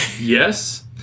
Yes